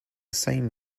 same